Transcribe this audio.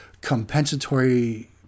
compensatory